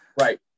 Right